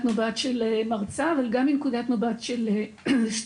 מבט של מרצה אבל גם מנקודת מבט של סטודנטים.